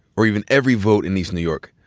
or even every vote in east new york,